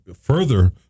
further